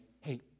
hey